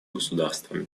государствами